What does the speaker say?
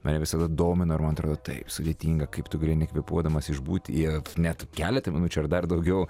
mane visada domino ir man atrodo taip sudėtinga kaip tu gali nekvėpuodamas išbūti net keletą minučių ar dar daugiau